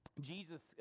Jesus